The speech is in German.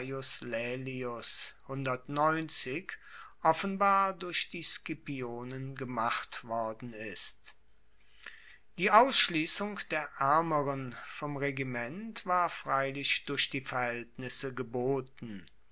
laelius offenbar durch die scipionen gemacht worden ist die ausschliessung der aermeren vom regiment war freilich durch die verhaeltnisse geboten